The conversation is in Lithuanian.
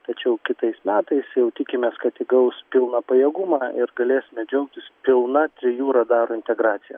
tačiau kitais metais jau tikimės kad ji gaus pilną pajėgumą ir galėsime džiaugtis pilna trijų radarų integracija